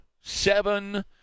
Seven